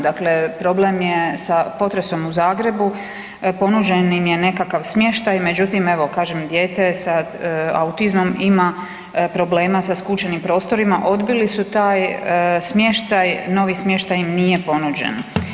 Dakle, problem je sa potresom u Zagrebu, ponuđen im je nekakav smještaj, međutim, evo, kažem, dijete sa autizmom ima problema sa skučenim prostorima, odbili su taj smještaj, novi smještaj im nije ponuđen.